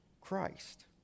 Christ